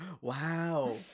wow